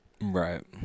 Right